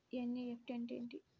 NEFT అంటే ఏమిటి?